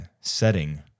setting